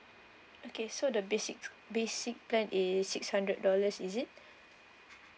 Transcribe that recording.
okay so the basic basic plan is six hundred dollars is it